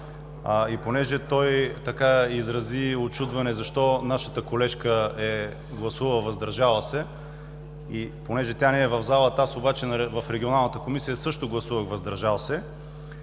И понеже той изрази учудване защо нашата колежка е гласувала „въздържал се“, тя не е в залата, аз обаче в Регионалната комисия също гласувах „въздържал се“,